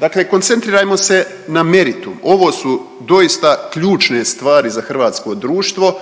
Dakle koncentrirajmo se na meritum, ovo su doista ključne stvari za hrvatsko društvo